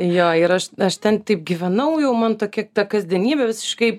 jo ir aš aš ten taip gyvenau jau man tokia ta kasdienybė visiškai